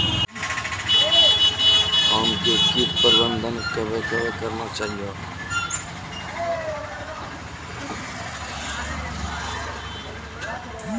आम मे कीट प्रबंधन कबे कबे करना चाहिए?